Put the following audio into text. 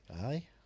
Aye